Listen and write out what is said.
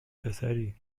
پسری